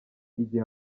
igihe